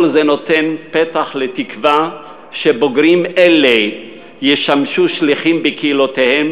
כל זה נותן פתח לתקווה שבוגרים אלה ישמשו שליחים בקהילותיהם